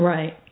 Right